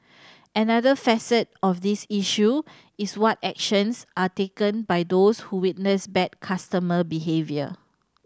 another facet of this issue is what actions are taken by those who witness bad customer behaviour